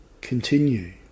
continue